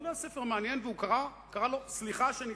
אבל הוא היה ספר מעניין והוא קרא לו "סליחה שניצחנו".